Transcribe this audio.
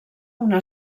una